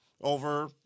Over